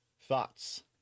Thoughts